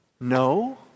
No